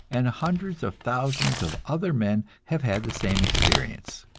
and hundreds of thousands of other men have had the same experience.